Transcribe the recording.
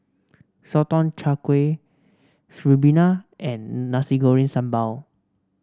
Sotong Char Kway ribena and Nasi Goreng Sambal